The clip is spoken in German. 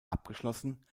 abgeschlossen